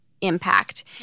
impact